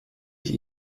ich